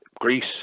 Greece